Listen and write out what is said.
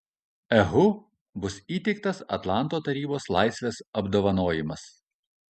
ehu bus įteiktas atlanto tarybos laisvės apdovanojimas